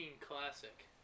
classic